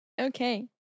Okay